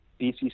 BCC